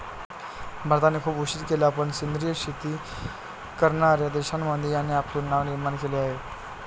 भारताने खूप उशीर केला पण सेंद्रिय शेती करणार्या देशांमध्ये याने आपले नाव निर्माण केले आहे